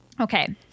Okay